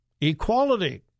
equality